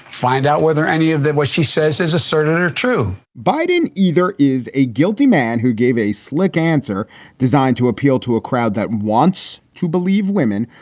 find out whether any of that was. she says there's a certain or true biden either is a guilty man who gave a slick answer designed to appeal to a crowd that wants to believe women,